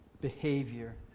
behavior